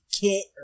Kit